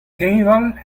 teñval